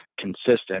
consistent